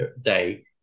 day